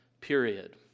period